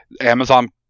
Amazon